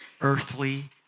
earthly